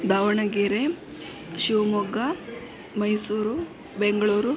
Davanagere Shivamogga Mysuru Bengaluru